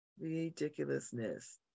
ridiculousness